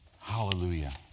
Hallelujah